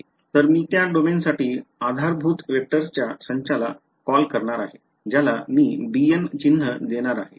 तर मी त्या डोमेनसाठी आधारभूत वेक्टरच्या संचाला कॉल करणार आहे ज्याला मी bn चिन्ह देणार आहे